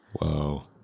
Whoa